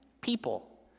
people